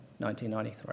1993